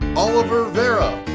oliver varah,